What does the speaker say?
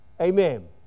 Amen